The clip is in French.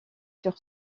sur